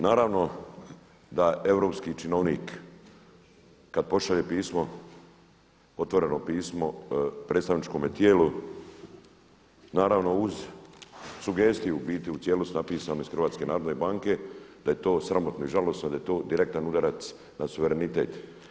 Naravno da europski činovnik kada pošalje otvoreno pismo predstavničkom tijelu, naravno uz sugestiju u biti u cijelosti napisano iz HNB-a da je to sramotno i žalosno, da je to direktan udarac na suverenitet.